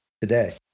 today